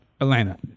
Atlanta